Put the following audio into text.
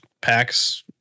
packs